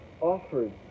offered